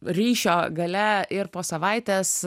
ryšio gale ir po savaitės